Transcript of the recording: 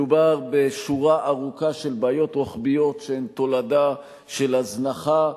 מדובר בשורה ארוכה של בעיות רוחביות שהן תולדה של הזנחה,